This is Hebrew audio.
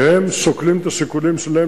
והם שוקלים את השיקולים שלהם,